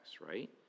right